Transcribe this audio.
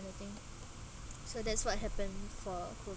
of thing so that's what happen for COVID